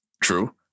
True